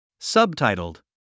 Subtitled